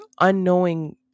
unknowing